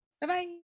Bye-bye